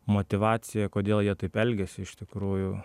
motyvacija kodėl jie taip elgiasi iš tikrųjų